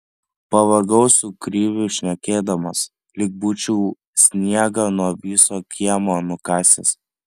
pavargau su kriviu šnekėdamas lyg būčiau sniegą nuo viso kiemo nukasęs